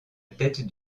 tête